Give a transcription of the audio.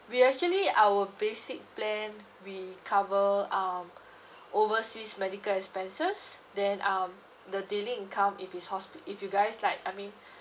we actually our basic plan we cover um overseas medical expenses then um the daily income if it's hospital if you guys like I mean